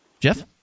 Jeff